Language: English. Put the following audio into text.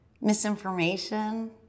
misinformation